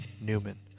Newman